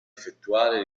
effettuare